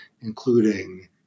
including